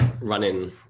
running